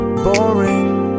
Boring